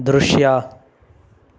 ದೃಶ್ಯ